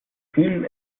kühlen